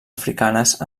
africanes